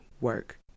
work